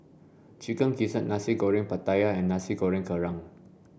Chicken Gizzard Nasi Goreng Pattaya and Nasi Goreng Kerang